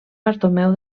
bartomeu